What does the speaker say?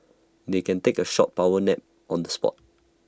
they can take A short power nap on the spot